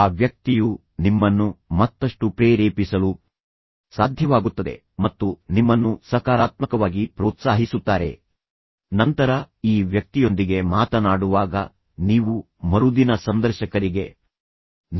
ಆ ವ್ಯಕ್ತಿಯು ನಿಮ್ಮನ್ನು ಮತ್ತಷ್ಟು ಪ್ರೇರೇಪಿಸಲು ಸಾಧ್ಯವಾಗುತ್ತದೆ ಮತ್ತು ನಿಮ್ಮನ್ನು ಸಕಾರಾತ್ಮಕವಾಗಿ ಪ್ರೋತ್ಸಾಹಿಸುತ್ತಾರೆ ನಂತರ ಈ ವ್ಯಕ್ತಿಯೊಂದಿಗೆ ಮಾತನಾಡುವಾಗ ನೀವು ಮರುದಿನ ಸಂದರ್ಶಕರಿಗೆ